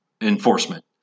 enforcement